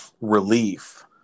relief